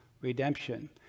redemption